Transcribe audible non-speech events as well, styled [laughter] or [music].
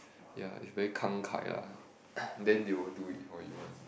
ya it's very 慷慨 ah [breath] then they will do it for you [one]